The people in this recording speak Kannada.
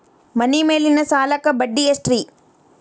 ಮನಿ ಮೇಲಿನ ಸಾಲಕ್ಕ ಬಡ್ಡಿ ಎಷ್ಟ್ರಿ?